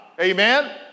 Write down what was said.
Amen